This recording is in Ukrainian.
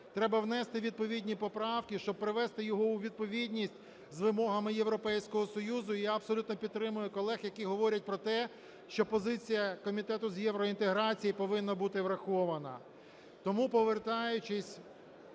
треба внести відповідні поправки, щоб привести його у відповідність з вимогами Європейського Союзу. І я абсолютно підтримують колег, які говорять про те, що позиція Комітету з євроінтеграції повинна бути врахована. Тому, повертаючись